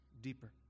deeper